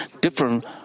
different